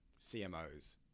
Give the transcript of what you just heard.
CMOs